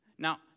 Now